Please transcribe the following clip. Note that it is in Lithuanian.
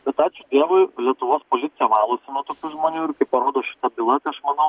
bet ačiū dievui lietuvos policija valosi nuo tokių žmonių ir kaip parodo šita byla tai aš manau